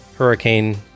hurricane